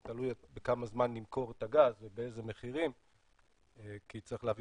זה תלוי בכמה זמן נמכור את הגז ובאיזה מחירים כי צריך להביא